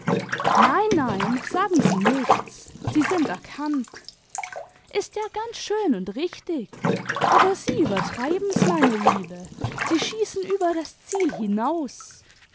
nein nein sagi sie qichtsl sie sind erkannt ist ja ganz schön und richtig aber sie übrtreiben's meine liebe sie schießen über das ziel hinaus